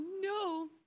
no